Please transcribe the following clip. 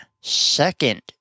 Second